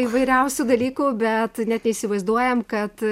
įvairiausių dalykų bet net neįsivaizduojam kad